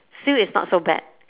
still is not so bad